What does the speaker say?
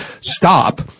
stop